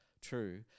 true